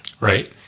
right